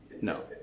No